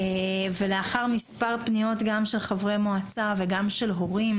ולאחר מספר פניות גם של חברי מועצה וגם של הורים,